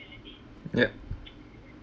yup